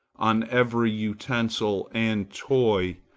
on every utensil and toy,